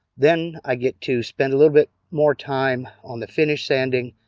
then i get to spend a little bit more time on the finish sanding.